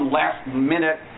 last-minute